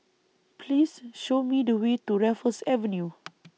Please Show Me The Way to Raffles Avenue